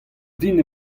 din